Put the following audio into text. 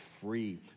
free